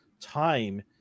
time